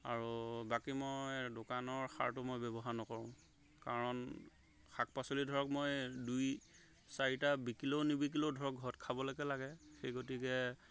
আৰু বাকী মই দোকানৰ সাৰটো মই ব্যৱহাৰ নকৰোঁ কাৰণ শাক পাচলি ধৰক মই দুই চাৰিটা বিকিলেও নিবিকিলেও ধৰক ঘৰত খাবলৈকে লাগে সেই গতিকে